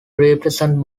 represent